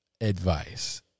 advice